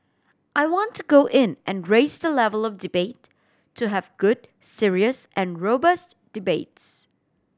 I want to go in and raise the level of debate to have good serious and robust debates